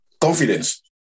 Confidence